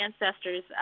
ancestors